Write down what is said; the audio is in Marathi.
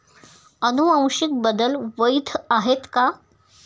अनुवांशिक बदल वैध आहेत का?